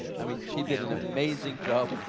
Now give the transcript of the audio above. i mean she did an amazing job.